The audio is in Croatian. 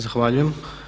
Zahvaljujem.